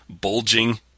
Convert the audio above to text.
bulging